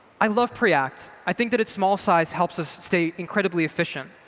i love preact. i think that its small size helps us stay incredibly efficient.